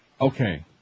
Okay